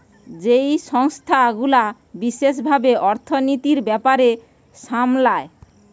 যেই সংস্থা গুলা বিশেষ ভাবে অর্থনীতির ব্যাপার সামলায়